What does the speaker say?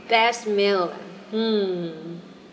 best meal hmm